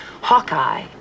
Hawkeye